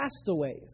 castaways